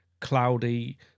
Cloudy